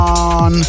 on